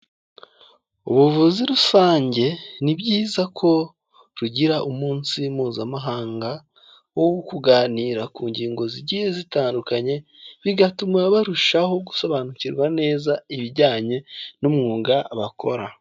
Ubuvuzi rusange ni byiza ko tugira umunsi mpuzamahanga wo kuganira ku ngingo zigiye zitandukanye, bigatuma barushaho gusobanukirwa neza ibijyanye n'umwuga bakora.